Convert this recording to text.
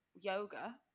yoga